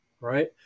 Right